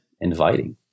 inviting